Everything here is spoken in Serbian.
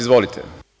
Izvolite.